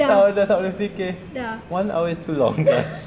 tak boleh dah tak boleh fikir one hour is too long